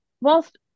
whilst